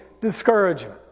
discouragement